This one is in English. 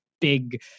big